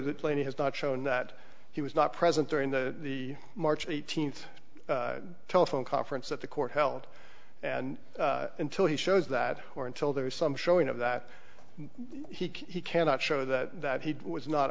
that plainly has not shown that he was not present during the the march eighteenth telephone conference that the court held and until he shows that or until there is some showing of that he cannot show that he was not